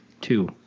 two